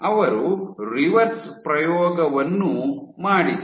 ಅವರು ರಿವರ್ಸ್ ಪ್ರಯೋಗವನ್ನೂ ಮಾಡಿದರು